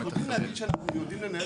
אנחנו יודעים להגיד שאנחנו יודעים לנהל